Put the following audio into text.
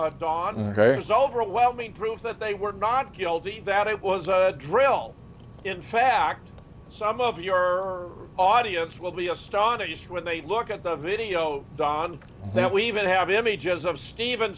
don dawn is overwhelming proof that they were not guilty that it was a drill in fact some of your audience will be astonished when they look at the video don that we even have images of steven